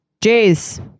Jays